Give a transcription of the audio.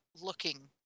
looking